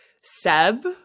Seb